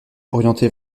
orientée